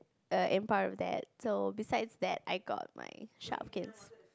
err and part of that so besides that I got my Shopkins